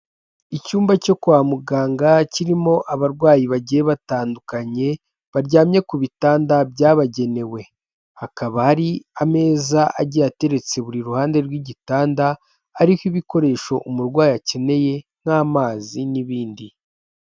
Icyumba cyo kwa muganga kirimo abarwayi bagiye batandukanye baryamye ku bitanda byabagenewe hakaba hari ameza agiye ateretse buri ruhande rw'igitanda hariho ibikoresho umurwayi akeneye nk'amazi n'ibindi.